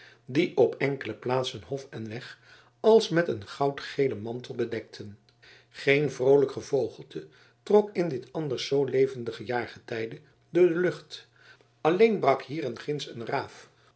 die op enkele plaatsen hof en weg als met een goudgelen mantel bedekten geen vroolijk gevogelte trok in dit anders zoo levendige jaargetijde door de lucht alleen brak hier en ginds een raaf